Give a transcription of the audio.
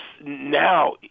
now